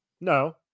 No